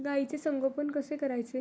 गाईचे संगोपन कसे करायचे?